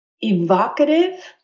evocative